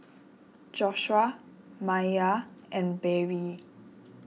Joshuah Maiya and Barrie